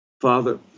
Father